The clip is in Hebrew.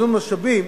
איזון משאבים,